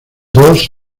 dos